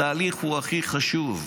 התהליך הוא הכי חשוב,